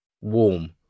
warm